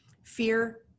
Fear